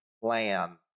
plan